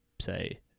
say